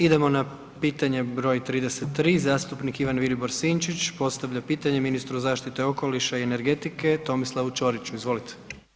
Idemo na pitanje br. 33, zastupnik Ivan Vilibor Sinčić postavlja pitanje ministru zaštite okoliša i energetike Tomislavu Ćoriću, izvolite.